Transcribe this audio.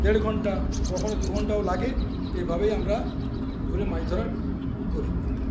দেড়ঘণ্টা কখনও দুঘণ্টাও লাগে এভাবেই আমরা পুকুরের মাছধরা করি